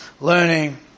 learning